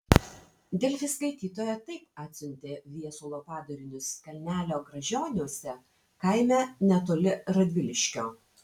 delfi skaitytoja taip atsiuntė viesulo padarinius kalnelio gražioniuose kaime netoli radviliškio